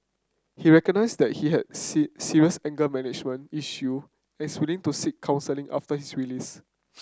he recognise that he has serious anger management issue and is willing to seek counselling after his release